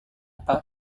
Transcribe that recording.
pak